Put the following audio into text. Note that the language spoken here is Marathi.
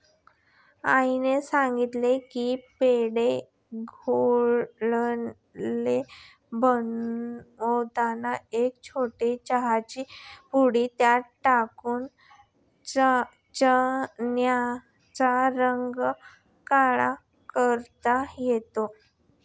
आईने सांगितले की पिंडी छोले बनवताना एक छोटी चहाची पुडी त्यात टाकून चण्याचा रंग काळा करता येतो